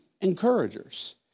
encouragers